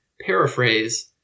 paraphrase